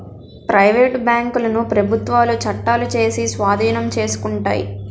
private బ్యాంకులను ప్రభుత్వాలు చట్టాలు చేసి స్వాధీనం చేసుకుంటాయి